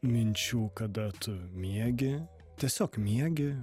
minčių kada tu miegi tiesiog miegi